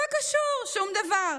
לא קשור שום דבר.